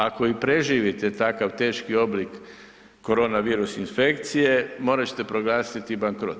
Ako i preživite takav teški oblik koronavirus infekcije morat ćete proglasiti bankrot.